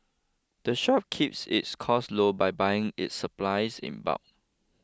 the shop keeps its costs low by buying its supplies in bulk